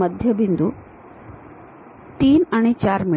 मध्यबिंदू 3 आणि 4 मिळवा